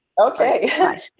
okay